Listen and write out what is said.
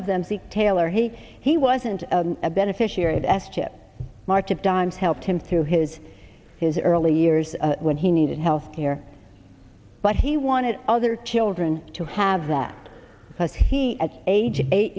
of them see taylor he he wasn't a beneficiary of s chip march of dimes helped him through his his early years when he needed health care but he wanted other children to have that because he at age eight